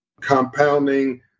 Compounding